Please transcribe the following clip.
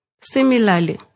Similarly